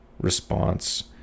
response